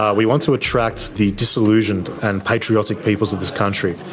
ah we want to attract the disillusioned and patriotic peoples of this country.